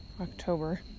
October